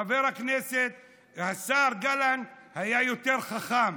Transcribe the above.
חבר הכנסת השר גלנט היה יותר חכם,